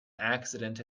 accident